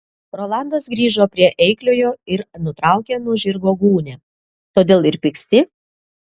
rolandas grįžo prie eikliojo ir nutraukė nuo žirgo gūnią todėl ir pyksti